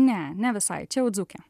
ne ne visai čia jau dzūkė